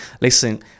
Listen